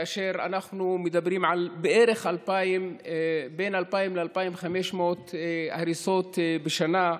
ואנחנו מדברים על בין 2,000 ל-2,500 הריסות בשנה,